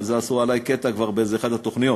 על זה עשו עלי קטע באחת התוכניות,